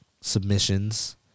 submissions